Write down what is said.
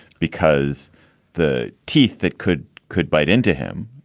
because the teeth that could could bite into him,